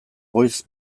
goiz